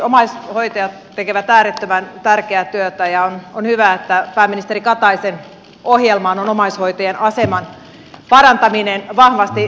omaishoitajat tekevät äärettömän tärkeää työtä ja on hyvä että pääministeri kataisen ohjelmaan on omaishoitajien aseman parantaminen vahvasti kirjoitettu